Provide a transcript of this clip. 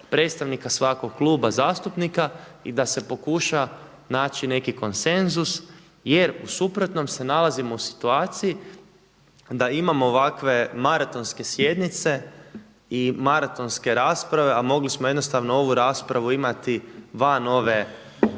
predstavnika svakog kluba zastupnika i da se pokuša naći neki konsenzus jer u suprotnom se nalazimo u situaciji da imamo ovakve maratonske sjednice i maratonske rasprave, a mogli smo jednostavno ovu raspravu imati van ove